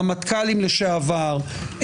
רמטכ"לים לשעבר,